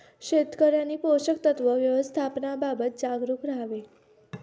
शेतकऱ्यांनी पोषक तत्व व्यवस्थापनाबाबत जागरूक राहावे